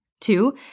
two